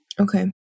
Okay